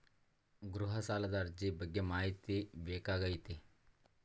ಗೃಹ ಸಾಲದ ಅರ್ಜಿ ಬಗ್ಗೆ ಮಾಹಿತಿ ಬೇಕಾಗೈತಿ?